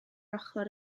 ochr